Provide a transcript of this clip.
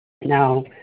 Now